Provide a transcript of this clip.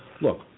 look